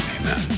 Amen